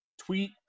tweet